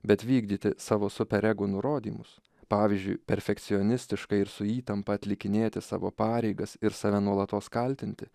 bet vykdyti savo superego nurodymus pavyzdžiui perfekcionistiškai ir su įtampa atlikinėti savo pareigas ir save nuolatos kaltinti